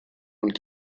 und